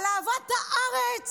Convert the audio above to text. על אהבת הארץ,